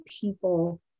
people